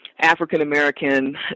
African-American